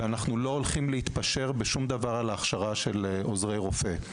בידי עוזרי רופא,